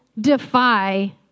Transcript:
defy